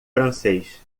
francês